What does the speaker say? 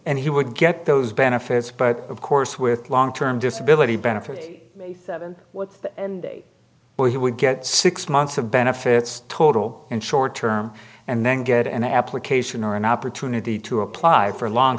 and he would get those benefits but of course with long term disability benefit may seventh what's the end date where he would get six months of benefits total and short term and then get an application or an opportunity to apply for a long